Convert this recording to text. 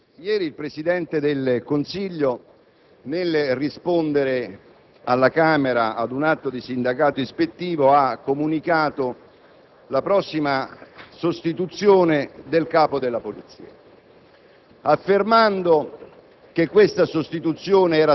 Presidente, colleghi, ieri il Presidente del Consiglio, nel rispondere alla Camera ad un atto di sindacato ispettivo, ha comunicato la prossima sostituzione del Capo della polizia,